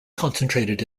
concentrated